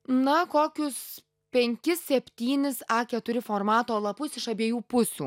na kokius penkis septynis a keturi formato lapus iš abiejų pusių